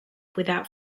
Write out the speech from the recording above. without